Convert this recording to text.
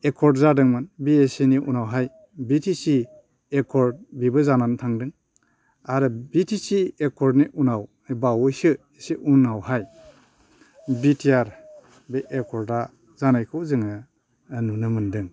accord जादोंमोन B A C नि उनावहाय बि टि सि एकर्ड बेबो जानानै थांदों आरो बि टि सि एकर्डनि उनाव बावैसो एसे उनावहाय बि टि आर बे एकर्डआ जानायखौ जोङो नुनो मोनदों